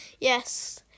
Yes